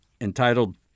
entitled